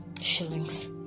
shillings